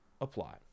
apply